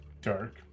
dark